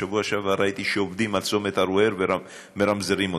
בשבוע שעבר ראיתי שעובדים על צומת ערוער ומרמזרים אותה.